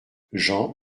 jean